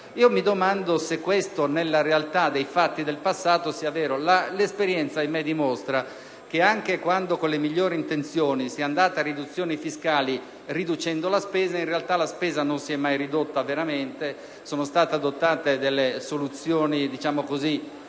Mi domando se ciò nella realtà dei fatti del passato sia vero: l'esperienza, ahimè, dimostra che anche quando con le migliori intenzioni si è andati a diminuzioni della pressione fiscale riducendo la spesa, in realtà questa non si è mai ridotta veramente. Sono state adottate soluzioni, diciamo così,